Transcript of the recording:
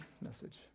message